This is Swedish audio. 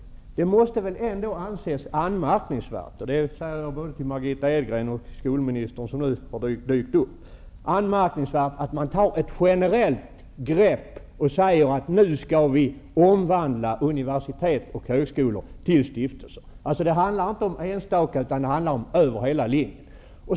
Det måste väl ändå anses anmärkningsvärt - det säger jag både till Margitta Edgren och till skolministern, som nu har dykt upp -- att man tar ett generellt grepp och säger: Nu skall vi omvandla universitet och högskolor till stiftelser. Det handlar inte om enstaka fall, utan det gäller över hela linjen.